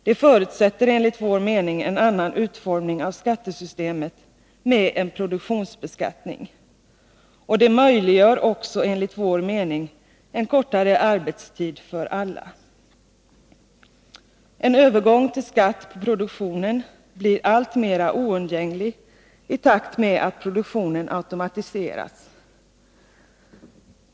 Det förutsätter enligt vår mening en annan utformning av skattesystemet, med en produktionsbeskattning. Och det möjliggör också enligt vår mening en kortare arbetstid för alla. En övergång till skatt på produktionen blir alltmera oundgänglig i takt med att produktionen automatiseras.